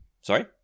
Sorry